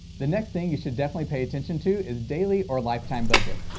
the next thing you should definitely pay attention to is daily or lifetime budget.